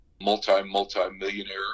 multi-multi-millionaire